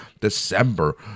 December